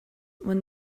when